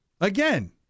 again